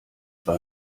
war